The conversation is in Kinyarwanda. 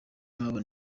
nk’abo